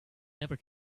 never